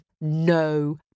no